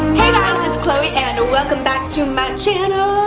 um it's chloe and welcome back to my channel